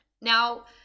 Now